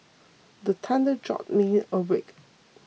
the thunder jolt me awake